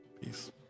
peace